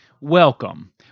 Welcome